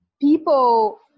people